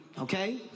okay